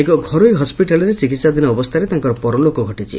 ଏକ ଘରୋଇ ହସିଟାଲ୍ରେ ଚିକିହାଧୀନ ଅବସ୍ତାରେ ତାଙ୍କର ପରଲୋକ ଘଟିଛି